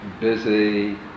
busy